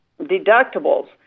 deductibles